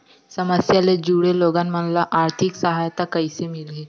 समस्या ले जुड़े लोगन मन ल आर्थिक सहायता कइसे मिलही?